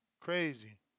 Crazy